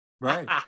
right